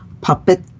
puppet